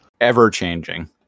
ever-changing